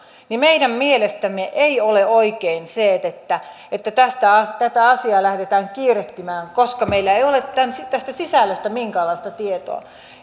niin meidän mielestämme ei ole oikein se että että tätä asiaa lähdetään kiirehtimään koska meillä ei ole tästä sisällöstä minkäänlaista tietoa